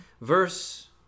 Verse